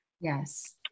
Yes